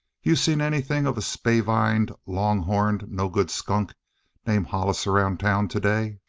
you seen anything of a spavined, long-horned, no-good skunk named hollis around town today?